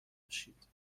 باشید